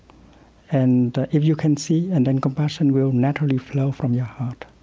and if you can see, and then compassion will naturally flow from your heart.